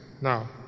Now